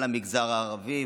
על המגזר הערבי,